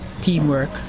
teamwork